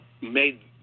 made